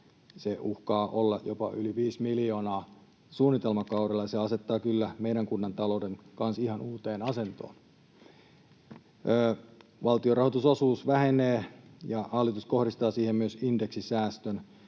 se uhkaa olla jopa yli viisi miljoonaa. Suunnitelmakaudella se asettaa kyllä meidän kunnan talouden ihan uuteen asentoon. Valtion rahoitusosuus vähenee, ja hallitus kohdistaa siihen myös indeksisäästön.